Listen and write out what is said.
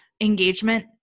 engagement